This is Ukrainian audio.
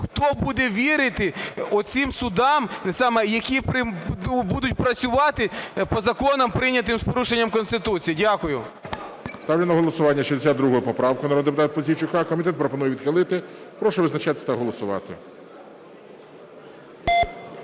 хто буде вірити оцим судам, саме які будуть працювати по законам, прийнятим з порушенням Конституції? Дякую. ГОЛОВУЮЧИЙ. Ставлю на голосування 62 поправку народного депутата Пузійчука. Комітет пропонує відхилити. Прошу визначатись та голосувати.